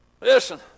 Listen